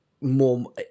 more